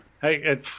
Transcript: hey